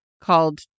called